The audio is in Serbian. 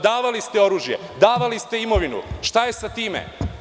Davali ste oružje, davali ste imovinu, šta je sa time?